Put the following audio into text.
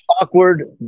awkward